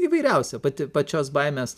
įvairiausia pati pačios baimės